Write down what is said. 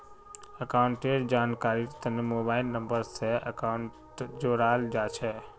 अकाउंटेर जानकारीर तने मोबाइल नम्बर स अकाउंटक जोडाल जा छेक